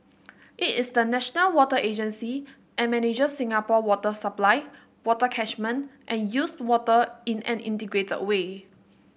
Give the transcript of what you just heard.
it is the national water agency and manager Singapore water supply water catchment and used water in an integrated way